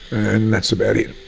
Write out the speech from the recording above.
and that's about it.